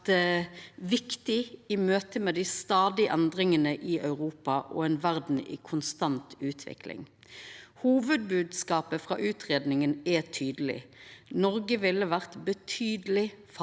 viktig i møte med dei stadige endringane i Europa og ei verd i konstant utvikling. Hovudbodskapen frå utgreiinga er tydeleg: Noreg ville vore betydeleg fattigare